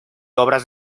obras